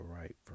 right